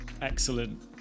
excellent